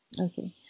Okay